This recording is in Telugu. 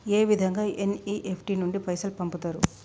ఏ విధంగా ఎన్.ఇ.ఎఫ్.టి నుండి పైసలు పంపుతరు?